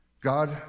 God